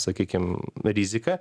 sakykime rizika